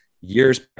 years